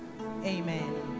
amen